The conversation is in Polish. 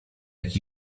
jak